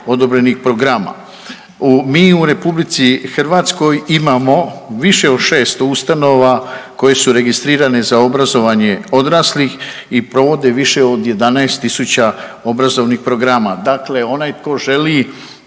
odobrenih programa. Mi u RH imamo više od 600 ustanova koje su registrirane za obrazovanje odraslih i provode više od 11.000 obrazovnih programa dakle onaj tko želi